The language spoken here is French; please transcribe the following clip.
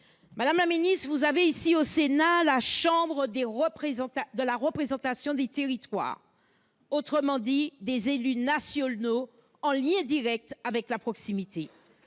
Madame la secrétaire d'État, vous avez ici, au Sénat, la chambre de la représentation des territoires, autrement dit des élus nationaux en lien direct avec la proximité.